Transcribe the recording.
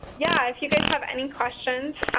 yeah, you guys have any questions,